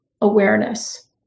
awareness